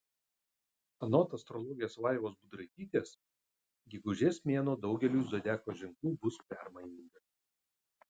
anot astrologės vaivos budraitytės gegužės mėnuo daugeliui zodiako ženklų bus permainingas